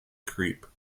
creep